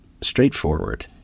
straightforward